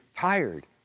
tired